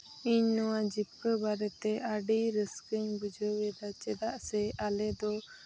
ᱤᱧ ᱱᱚᱣᱟ ᱡᱤᱵᱽᱠᱟᱹ ᱵᱟᱨᱮᱛᱮ ᱟᱹᱰᱤ ᱨᱟᱹᱥᱠᱟᱹᱧ ᱵᱩᱡᱷᱟᱹᱣ ᱮᱫᱟ ᱪᱮᱫᱟᱜ ᱥᱮ ᱟᱞᱮ ᱫᱚ